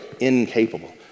incapable